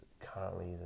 currently